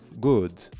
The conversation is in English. good